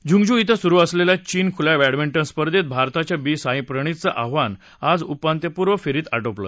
चगिझू क्वे सुरू असलेल्या चीन खुल्या बह्डमिंटन स्पर्धेत भारताच्या बी साईप्रणितचं आव्हान आज उपांत्यपूर्व फेरीत आटोपलं